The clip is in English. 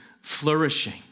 flourishing